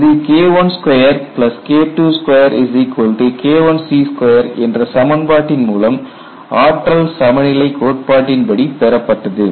இது KI2 KII2 KIC2 என்ற சமன்பாட்டின் மூலம் ஆற்றல் சமநிலை கோட்பாட்டின்படி பெறப்பட்டது